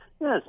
Yes